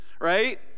right